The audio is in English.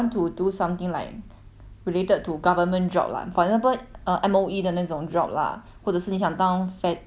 related to government job lah for example uh M_O_E 的那种 job lah 或者是你想当想当 teacher 这种东西 hor